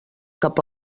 cap